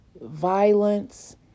violence